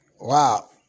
Wow